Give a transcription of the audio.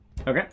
okay